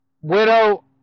widow